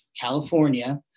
california